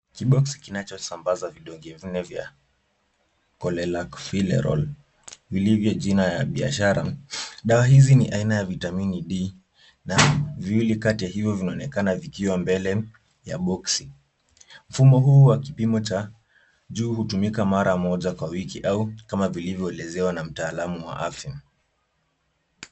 Kiboksi kinachosambaza vidonge vinne vya colelacfilerol, vilivyo jina ya biashara. Dawa hizi ni aina ya vitamini D na viwili kati ya hivyo vinaonekana vikiwa mbele ya boksi. Mfumo huu wa kipimo cha juu hutumika mara moja kwa wiki au kama vilivyoelezewa na mtaalamu wa afya.